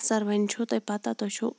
سَر وۄنۍ چھو تۄہہِ پَتہ تۄہہِ چھو